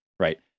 Right